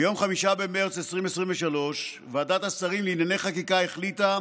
ביום 5 במרץ 2023 ועדת השרים לענייני חקיקה החליטה